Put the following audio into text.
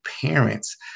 parents